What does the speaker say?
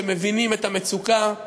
שמבינים את המצוקה.